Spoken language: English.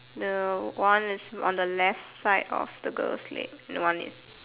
the one is on the left side of the girls leg and one is